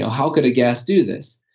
how could a gas do this?